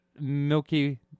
milky